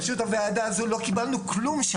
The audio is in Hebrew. בוועדה הזו לא קיבלנו כלום.